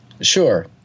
Sure